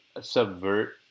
subvert